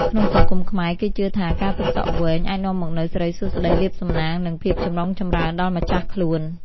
ក្នុងសង្គមខ្មែរ គេជឿថាការទុកសក់វែងអាចនាំមកនូវ សិរីសួស្តី លាភសំណាង និងភាពចម្រុងចម្រើន ដល់ម្ចាស់ខ្លួន។